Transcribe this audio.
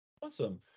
Awesome